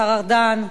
השר ארדן,